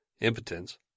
impotence